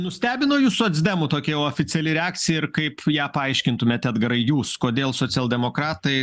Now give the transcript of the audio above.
nustebino jus socdemų tokia jau oficiali reakcija ir kaip ją paaiškintumėt edgarai jūs kodėl socialdemokratai